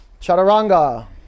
Chaturanga